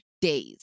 days